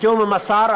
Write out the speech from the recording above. בתיאום עם השר,